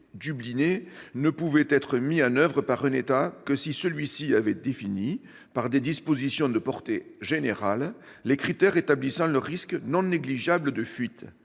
dubliné » ne pouvait être mis en oeuvre par un État que si celui-ci avait défini, par des dispositions de portée générale, les critères établissant le risque non négligeable de fuite.